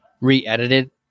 re-edited